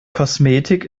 kosmetik